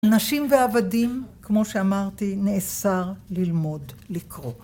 נשים ועבדים, כמו שאמרתי, נאסר ללמוד לקרוא.